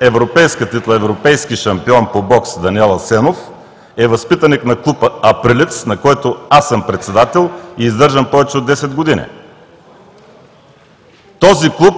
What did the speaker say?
европейска титла, европейски шампион по бокс Даниел Асенов е възпитаник на клуб „Априлец“, на който аз съм председател и издържам повече от 10 години. В този клуб